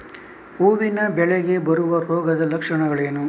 ಹೂವಿನ ಬೆಳೆಗೆ ಬರುವ ರೋಗದ ಲಕ್ಷಣಗಳೇನು?